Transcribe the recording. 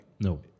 No